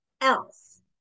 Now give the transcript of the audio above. else